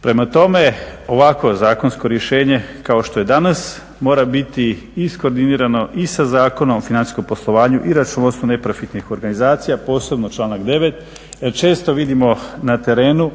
Prema tome, ovakvo zakonsko rješenje kao što je danas mora biti iskoordinirano i sa Zakonom o financijskom poslovanju i računovodstvu neprofitnih organizacija, posebno članak 9. Često vidimo na terenu